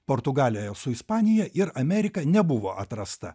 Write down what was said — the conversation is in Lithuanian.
portugaliją su ispanija ir amerika nebuvo atrasta